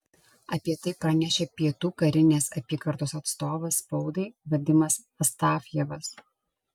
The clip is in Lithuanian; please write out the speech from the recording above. apie tai pranešė pietų karinės apygardos atstovas spaudai vadimas astafjevas